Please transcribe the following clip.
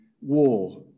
war